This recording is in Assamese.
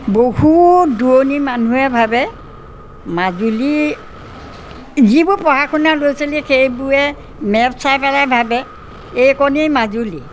বহু দূৰণিৰ মানুহে ভাৱে মাজুলী যিবোৰ পঢ়া শুনা ল'ৰা ছোৱালীয়ে সেইবোৰে মেপ চাই পেলাই ভাবে এইখনেই মাজুলী